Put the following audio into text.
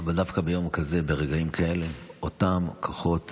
אבל דווקא ביום כזה, ברגעים כאלה, אותם כוחות